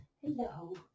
Hello